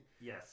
yes